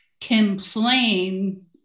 complain